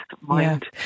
mind